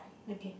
okay